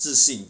自行